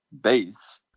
base